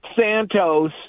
santos